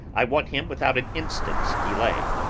i want him without an instant's delay.